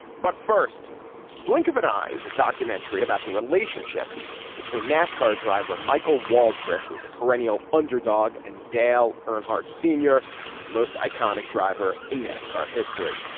but first blink of an eye is a documentary about the relationship between nascar driver michael waltrip who is a perennial underdog and dale earnhardt senior the most iconic driver in nascar history.